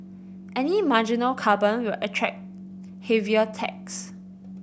any marginal carbon will attract heavier tax